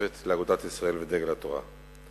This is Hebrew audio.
המשותפת לאגודת ישראל ודגל התורה.